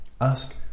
Ask